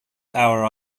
our